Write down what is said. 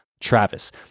Travis